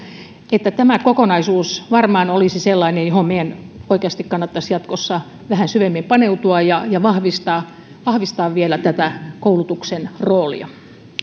tämä kokonaisuus varmaan olisi sellainen johon meidän oikeasti kannattaisi jatkossa vähän syvemmin paneutua ja ja vahvistaa vahvistaa vielä tätä koulutuksen roolia